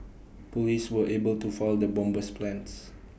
Police were able to foil the bomber's plans